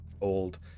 old